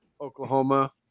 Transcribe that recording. Oklahoma